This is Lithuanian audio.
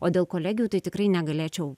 o dėl kolegijų tai tikrai negalėčiau